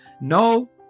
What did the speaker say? No